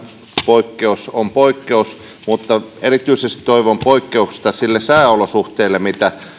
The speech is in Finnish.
poikkeus on poikkeus mutta erityisesti toivon poikkeusta niille sääolosuhteille